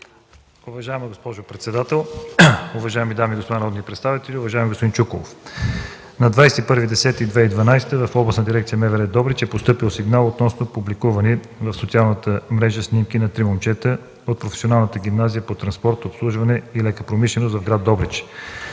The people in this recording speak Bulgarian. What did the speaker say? Уважаема госпожо председател, уважаеми дами и господа народни представители! Уважаеми господин Чуколов, на 21 октомври 2012 г. в Областната дирекция МВР – Добрич, е постъпил сигнал относно публикувани в социалната мрежа снимки на три момчета от Професионалната гимназия по транспорт, обслужване и лека промишленост в град Добрич,